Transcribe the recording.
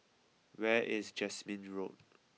where is Jasmine Road